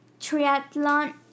triathlon